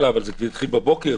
התחיל בבוקר,